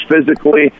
physically